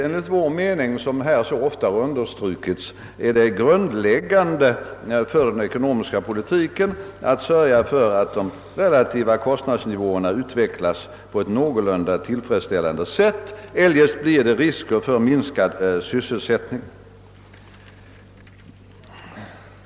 Enligt vår mening, som här så ofta har understrukits, är det en grundläggande uppgift för den ekonomiska politiken att sörja för att de relativa kostnadsnivåerna utvecklas på ett någorlunda tillfredsställande sätt. Eljest uppstår risker för minskad sysselsättning.